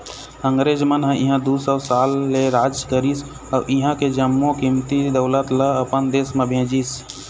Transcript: अंगरेज मन ह इहां दू सौ साल ले राज करिस अउ इहां के जम्मो कीमती दउलत ल अपन देश म भेजिस